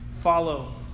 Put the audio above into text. Follow